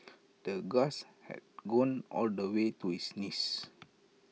the grass had grown all the way to his knees